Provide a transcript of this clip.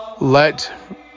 let